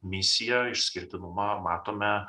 misiją išskirtinumą matome